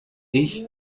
ich